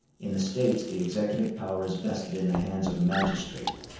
in the states the executive power is vested in the hands of a magistrate,